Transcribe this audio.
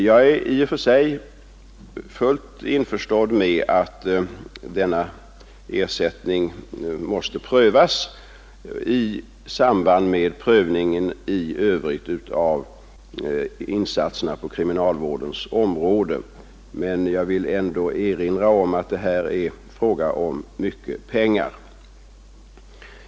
Jag är i och för sig fullt införstådd med att denna ersättning måste prövas i samband med prövningen i övrigt av insatserna på kriminalvårdens område, men jag vill erinra om att det är en fråga om mycket pengar.